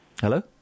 Hello